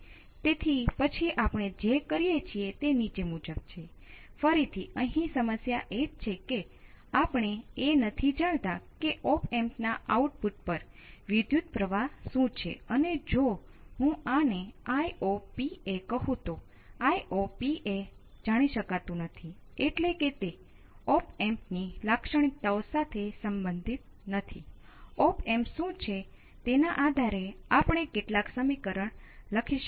તેથી તેનો અર્થ એ છે કે જથ્થો સમય સાથે અચળછે અને નિયંત્રણ ભાગ ઓલ્ટર્નેટીન્ગ dc ની દ્રષ્ટિએ બધું લખીશ